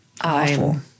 Awful